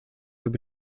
über